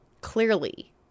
clearly